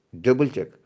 double-check